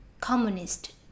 communist